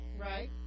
right